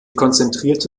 konzentrierte